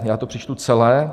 Já to přečtu celé: